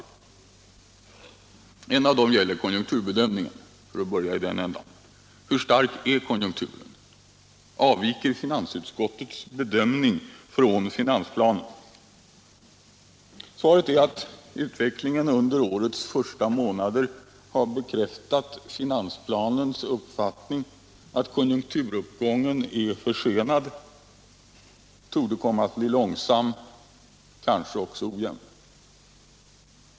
En av dessa deldebatter gäller konjunkturbedömningen, för att börja i den ändan. Hur stark är konjunkturen? Avviker finansutskottets bedömning från finansplanens? Svaret är att utvecklingen under årets första månader har bekräftat den uppfattning som redovisats i finansplanen, nämligen att konjunkturuppgången är försenad, att den torde komma att bli långsam och kanske också ojämn.